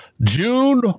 June